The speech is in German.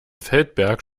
feldberg